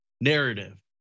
narrative